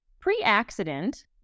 pre-accident